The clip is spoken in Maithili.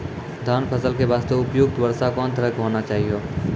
धान फसल के बास्ते उपयुक्त वर्षा कोन तरह के होना चाहियो?